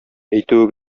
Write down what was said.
әйтүе